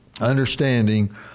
understanding